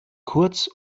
kurz